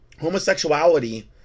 homosexuality